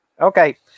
Okay